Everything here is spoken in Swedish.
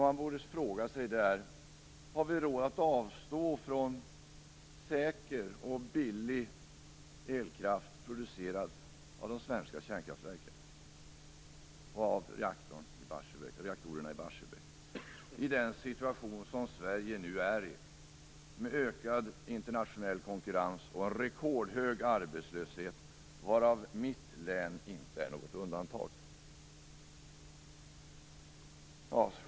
Man borde fråga sig: Har vi i den situation som Sverige nu befinner sig i - med ökad internationell konkurrens och en rekordarbetslöshet, och mitt län utgör inte något undantag - råd att avstå från säker och billig elkraft producerad av de svenska kärnkraftverken, och därmed också av reaktorerna i Barsebäck?